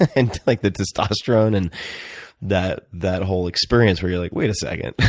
and like the testosterone, and that that whole experience where you're like, wait a second.